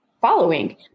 following